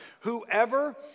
Whoever